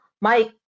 Mike